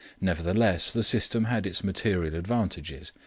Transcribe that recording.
nevertheless, the system had its material advantages,